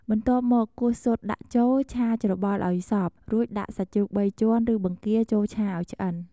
បន្ទាប់មក គោះស៊ុតដាក់ចូល ឆាច្របល់ឱ្យសព្វ រួចដាក់សាច់ជ្រូកបីជាន់ ឬបង្គាចូលឆាឱ្យឆ្អិន។